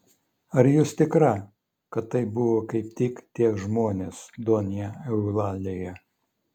ar jūs tikra kad tai buvo kaip tik tie žmonės donja eulalija